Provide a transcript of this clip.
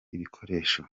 ibikoresho